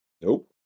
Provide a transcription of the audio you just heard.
Nope